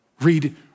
Read